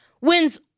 wins